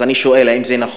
אני שואל, האם זה נכון,